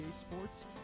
sports